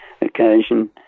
occasion